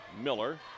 Miller